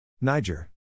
Niger